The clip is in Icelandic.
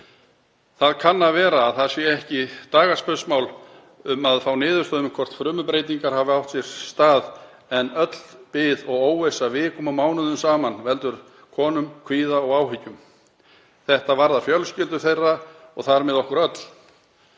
Það kann að vera að það sé ekki dagaspursmál að fá niðurstöðu um hvort frumubreytingar hafa átt sér stað en öll bið og óvissa vikum og mánuðum saman veldur konum kvíða og áhyggjum. Þetta varðar fjölskyldur þeirra og þar með okkur öll.